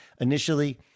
initially